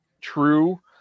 true